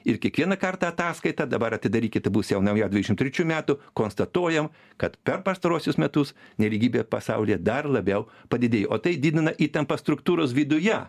ir kiekvieną kartą ataskaita dabar atidarykite bus jau nauja dvidešim trečių metų konstatuojam kad per pastaruosius metus nelygybė pasaulyje dar labiau padidėjo o tai didina įtampą struktūros viduje